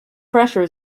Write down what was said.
pressure